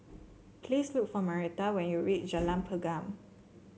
please look for Marietta when you reach Jalan Pergam